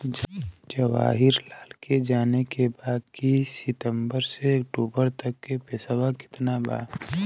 जवाहिर लाल के जाने के बा की सितंबर से अक्टूबर तक के पेसवा कितना बा?